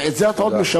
ואת זה את עוד משבחת.